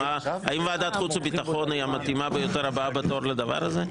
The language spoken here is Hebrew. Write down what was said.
האם ועדת חוץ וביטחון היא המתאימה ביותר הבאה בתור לדבר הזה?